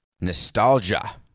nostalgia